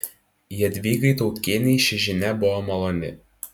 jadvygai tautkienei ši žinia buvo maloni